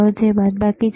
અથવા તે બાદબાકી છે